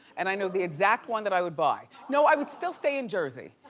and i know the exact one that i would buy. no, i would still stay in jersey,